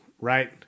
Right